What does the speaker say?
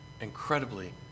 incredibly